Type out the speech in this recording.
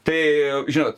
tai žinot